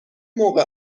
موقع